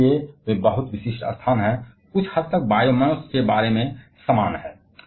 और इसलिए वे बहुत विशिष्ट स्थान हैं कुछ हद तक बायोमास के समान हैं